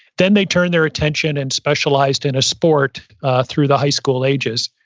then they turned their attention and specialized in a sport through the high school ages.